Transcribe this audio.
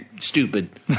stupid